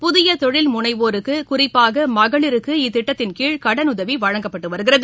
புதிய தொழில் முனைவோருக்கு குறிப்பாக மகளிருக்கு இத்திட்டத்தின்கீழ் கடனுதவி வழங்கப்பட்டு வருகிறது